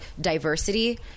Diversity